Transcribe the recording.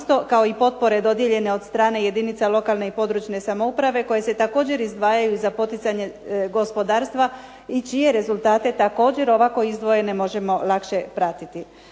kao i potpore dodijeljene od strane jedinica i područne samouprave koje se također izdvajaju za poticanje gospodarstva i čije rezultate također ovako izdvojene možemo lakše pratiti.